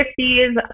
50s